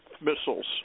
missiles